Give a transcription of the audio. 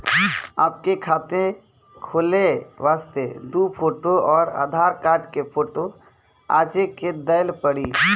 आपके खाते खोले वास्ते दु फोटो और आधार कार्ड के फोटो आजे के देल पड़ी?